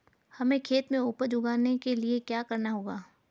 हमें खेत में उपज उगाने के लिये क्या करना होगा?